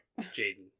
Jaden